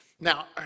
Now